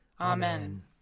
Amen